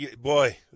boy